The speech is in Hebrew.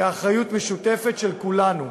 היא אחריות משותפת, של כולנו,